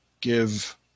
give